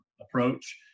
approach